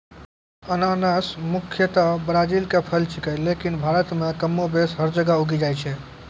अनानस मुख्यतया ब्राजील के फल छेकै लेकिन भारत मॅ भी कमोबेश हर जगह उगी जाय छै